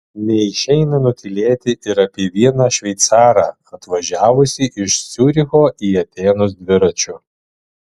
neišeina nutylėti ir apie vieną šveicarą atvažiavusį iš ciuricho į atėnus dviračiu